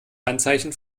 handzeichen